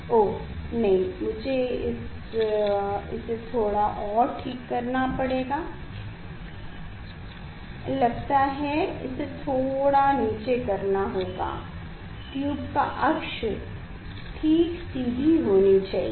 ओहह नहीं मुझे इस थोड़ा और ठीक करना पड़ेगा लगता है इसे थोड़ा नीचे करना होगा ट्यूब का अक्ष ठीक सीधी होनी चाहिए